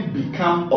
become